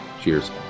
Cheers